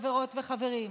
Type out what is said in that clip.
חברות וחברים.